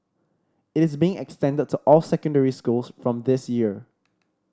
it is being extended to all secondary schools from this year